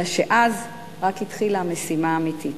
אלא שאז רק התחילה המשימה האמיתית.